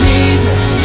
Jesus